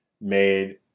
made